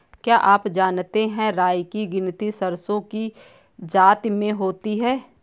क्या आप जानते है राई की गिनती सरसों की जाति में होती है?